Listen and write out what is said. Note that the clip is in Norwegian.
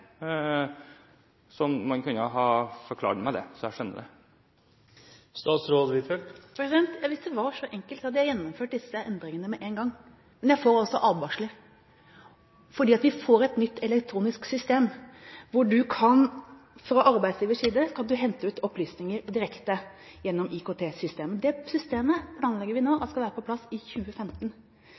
Kunne hun ha forklart meg det så jeg skjønner det? Ja, hvis det var så enkelt, hadde jeg gjennomført disse endringene med en gang. Men jeg får også advarsler fordi de får et nytt elektronisk system hvor man fra arbeidsgivers side kan hente ut opplysninger direkte gjennom IKT-systemet. Det systemet planlegger vi nå at skal være på plass i 2017Statsråden sa 2015.